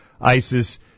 ISIS